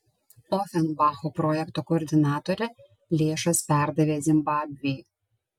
ofenbacho projekto koordinatorė lėšas perdavė zimbabvei